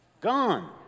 Gone